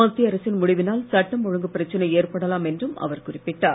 மத்திய அரசின் முடிவினால் சட்டம் ஒழுங்கு பிரச்சினை ஏற்படலாம் என்றும் அவர் குறிப்பிட்டார்